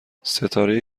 ستاره